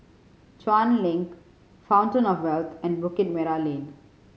Chuan Link Fountain Of Wealth and Bukit Merah Lane